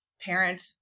parent